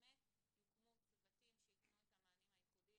שיוקמו צוותים שייתנו את המענים הייחודיים